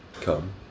Come